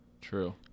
True